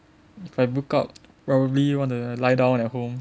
if I book out probably want to lie down at home